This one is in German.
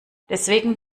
deswegen